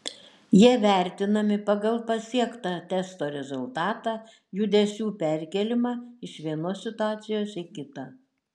jie vertinami pagal pasiektą testo rezultatą judesių perkėlimą iš vienos situacijos į kitą